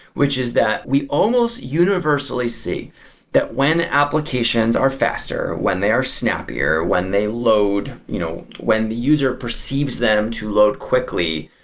which is that we almost universally see that when applications are faster, when they are snappier, when they load you know when the user perceives them to load quickly,